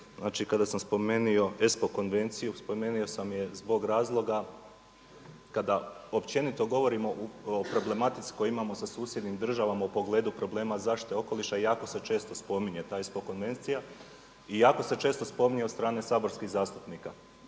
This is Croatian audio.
kada sam spomenuo ESPO konvenciju spomenuo sam je zbog razloga kada općenito govorimo o problematici koju imamo sa susjednim državama u pogledu problema zaštite okoliša jako se često spominje ta ESPO konvencija i jako se često spominje od strane saborskih zastupnika